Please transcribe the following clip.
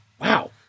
Wow